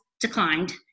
declined